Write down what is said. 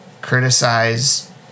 criticize